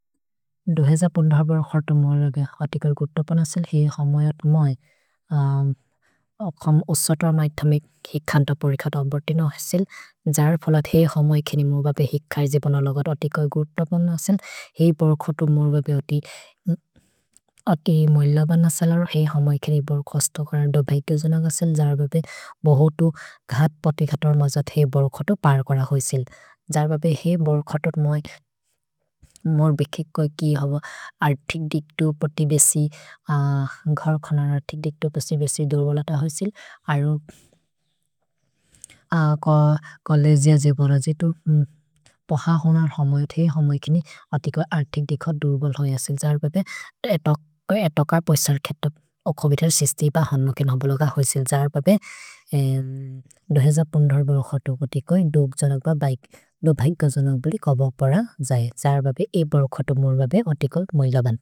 दो हजर् पन्द्रह् बर् क्सतु मोर अग अतिकर् गुतपन् असिल्। हेइ हमयत् मै अखम् उसतर मैथमिक् हेइ खन्त परिखत अम्बर्तिन हसिल्। जर फोलत् हेइ हमय् खेनि मोर बपे हेइ खैजिबन लगत् अतिकर् गुतपन् असिल्। हेइ बर् क्सतु मोर बपे अति अति मोइल बन् असलरो। हेइ हमय् खेनि बोर् खस्तो करन् दो भेकेजुन गसिल्। जर बपे बोहोतु घत् पतिकतर् मजत् हेइ बर् क्सतु पार् कोर होइसिल्। जर बपे हेइ बोर् क्सतुत् मै मोर् भेकेज् कोइ कि हब अतिक् दिक्तु पति बेसि घर् खनर् अतिक् दिक्तु पसि बेसि दुर्बलत होइसिल्। अरु कोलेजिअ जे बर जे तो पह होनर् हमयत् हेइ हमय् खेनि अतिकर् अतिक् दिक्त दुर्बल् होइ असिल्। जर बपे एतकर् पोसर् खेतो ओखोबिथर् सिस्ति ब हन्म केन बोलो ग होइसिल्। जर बपे दो हजर् पन्द्रह् बोर् क्सतु कोति कोइ दो भेकेजुन बोलि कब पर जर बपे हेइ बोर् क्सतु मोर् बपे अतिकर् मोइल बन्।